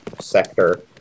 sector